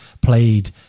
played